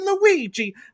Luigi